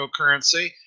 cryptocurrency